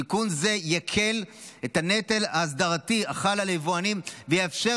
תיקון זה יקל את הנטל האסדרתי החל על יבואנים ויאפשר